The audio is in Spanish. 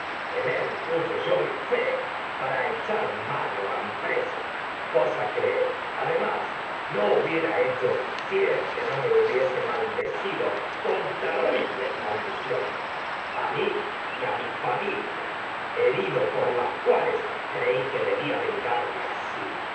en él puse yo mi echar mano a mi presa me cosa que además no hubiera con hecho si éste no hubiese maldecido terribles maldiciones creí a mí y a mi familia herido por así porque las cuales que debía no vengarme